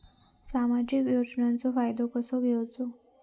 सामाजिक योजनांचो फायदो कसो घेवचो?